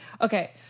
Okay